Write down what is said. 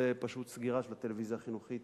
זה פשוט סגירת הטלוויזיה החינוכית